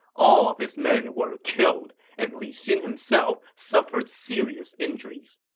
all of his men were killed, and li xin himself suffered serious injuries.